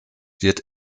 wird